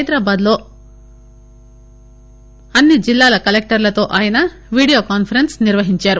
హైదరాబాద్ లో అన్ని జిల్లా కలెక్టర్లతో ఆయన వీడియో కాన్పరెన్స్ నిర్వహిందారు